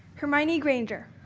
hermione granger.